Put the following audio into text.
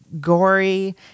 gory